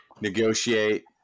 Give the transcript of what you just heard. negotiate